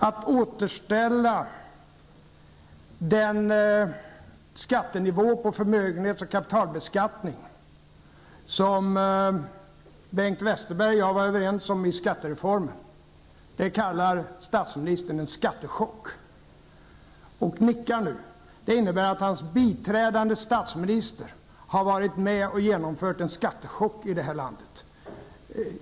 Att återställa den nivå på förmögenhets och kapitalbeskattning som Bengt Westerberg och jag var överens om i skattereformen, det kallar statsministern en skattechock -- och han nickar nu. Det innebär att hans biträdande statsminister har varit med om att genomföra en skattechock i det här landet.